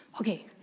Okay